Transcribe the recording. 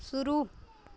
शुरू